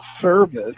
service